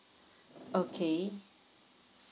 okay